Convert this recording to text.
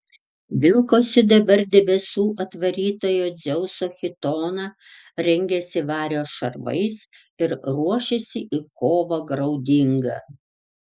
vilkosi dabar debesų atvarytojo dzeuso chitoną rengėsi vario šarvais ir ruošėsi į kovą graudingą